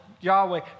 Yahweh